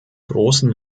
großen